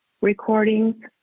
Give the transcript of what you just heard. recordings